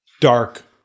dark